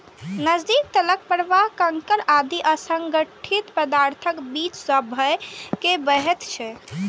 नदीक तलक प्रवाह कंकड़ आदि असंगठित पदार्थक बीच सं भए के बहैत छै